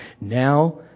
Now